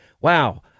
Wow